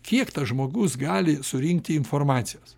kiek tas žmogus gali surinkti informacijos